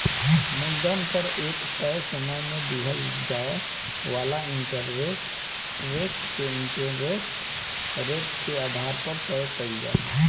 मूलधन पर एक तय समय में दिहल जाए वाला इंटरेस्ट के इंटरेस्ट रेट के आधार पर तय कईल जाला